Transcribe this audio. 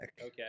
Okay